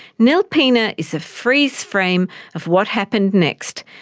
nilpena is a freeze-frame of what happened next,